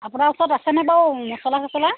আপোনাৰ ওচৰত আছেনে বাৰু মচলা চচলা